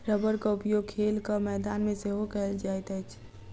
रबड़क उपयोग खेलक मैदान मे सेहो कयल जाइत अछि